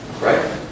Right